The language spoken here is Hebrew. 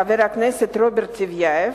חבר הכנסת רוברט טיבייב,